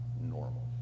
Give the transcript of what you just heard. normal